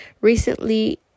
recently